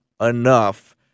enough